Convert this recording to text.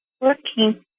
working